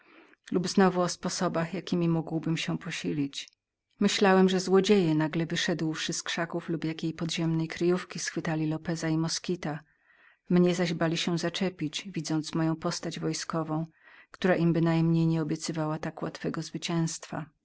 lub znowu o sposobach jakiemi mógłbym gdzie się posilić myślałem że złodzieje nagle wyszedłszy z krzaków lub jakiej kryjówki schwytali lopeza i moskita że zaś mnie bali się zaczepić widząc moją postać wojskową która im bynajmniej nie obiecywała tak łatwego zwycięztwa